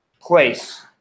place